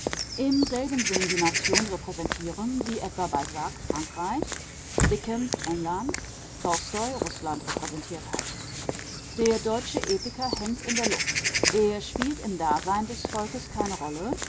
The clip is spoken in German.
im selben sinn die nation repräsentieren wie etwa balzac frankreich dickens england tolstoi rußland repräsentiert hat der deutsche epiker hängt in der luft er spielt im dasein des volkes keine rolle